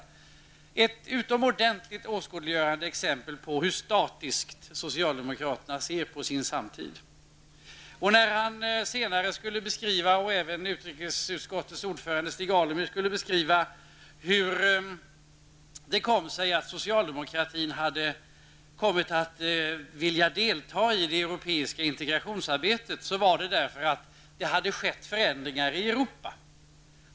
Det är ett utomordentligt åskådliggörande exempel på hur statiskt socialdemokraterna ser på sin samtid. När han, och även utrikesutskottets ordförande Stig Alemyr, skulle beskriva hur det kom sig att socialdemokraterna ville delta i det europeiska integrationsarbetet var det därför att det hade skett förändringar i Europa.